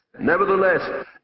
nevertheless